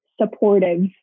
supportive